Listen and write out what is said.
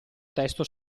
testo